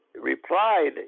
replied